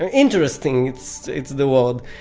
and interesting it's it's the word.